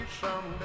someday